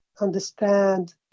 understand